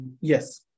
Yes